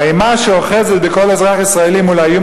האימה שאוחזת בכל אזרח ישראלי מול האיום